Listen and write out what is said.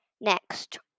next